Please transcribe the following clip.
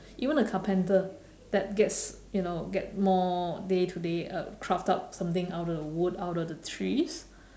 even a carpenter that gets you know get more day to day uh craft out something out of the wood out of the trees